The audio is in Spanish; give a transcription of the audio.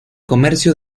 comercio